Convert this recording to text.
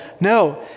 No